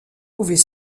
pouvait